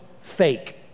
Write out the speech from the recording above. fake